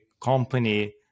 company